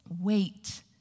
Wait